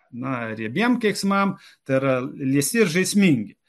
na riebiem keiksmam tai yra liesi ir žaismingi